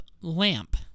lamp